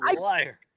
liar